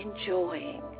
enjoying